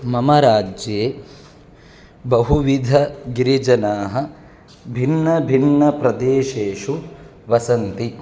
मम राज्ये बहुविधगिरिजनाः भिन्नभिन्नप्रदेशेषु वसन्ति